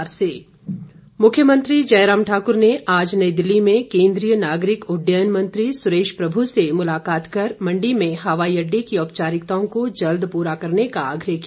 मुख्यमंत्री मुख्यमंत्री जयराम ठाकर ने आज नई दिल्ली में केंद्रीय नागरिक उड़डयन मंत्री सुरेश प्रभ् से मुलाकात कर मंडी में हवाई अड्डे की औपचारिकताओं को जल्द पूरा करने का आग्रह किया